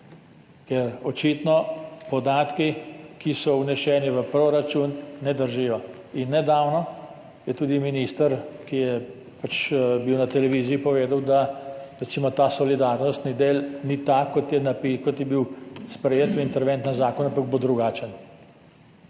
ker očitno podatki, ki so vneseni v proračun ne držijo. In nedavno je tudi minister, ki je pač bil na televiziji, povedal, da, recimo, ta solidarnostni del ni tak, kot je bil sprejet v interventnem zakonu, ampak bo drugačen.